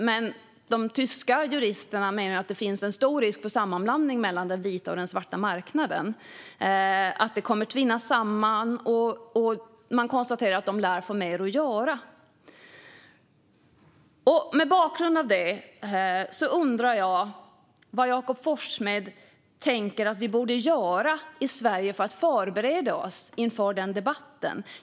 Men de tyska juristerna menar att det finns en stor risk för sammanblandning mellan den vita och den svarta marknaden, alltså att dessa kommer att tvinnas samman, och de konstaterar att de lär få mer att göra. Mot bakgrund av detta undrar jag vad Jakob Forssmed tänker att vi i Sverige borde göra för att förbereda oss inför den debatten.